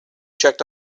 checked